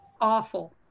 Awful